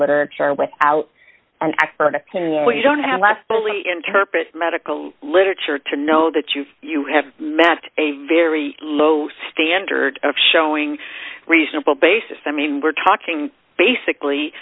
literature without an expert opinion which you don't have left fully interpret medical literature to know that you you have met a very low standard of showing reasonable basis i mean we're talking basically